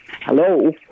hello